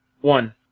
One